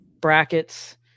brackets